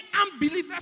unbelievers